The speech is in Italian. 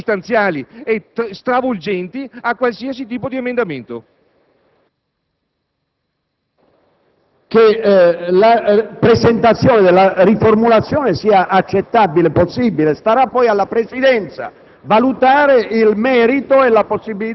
presentare modifiche anche sostanziali e stravolgenti qualsiasi tipo di emendamento. PRESIDENTE. Credo che la presentazione di una riformulazione sia accettabile e possibile; starà poi alla Presidenza